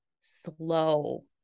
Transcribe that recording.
slow